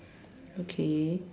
okay